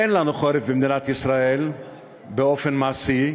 אין לנו חורף במדינת ישראל באופן מעשי: